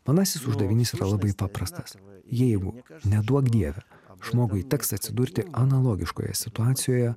manasis uždavinys yra labai paprastas jeigu neduok dieve žmogui teks atsidurti analogiškoje situacijoje